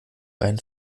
einen